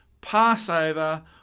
Passover